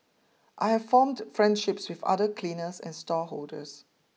I have formed friendships with other cleaners and stallholders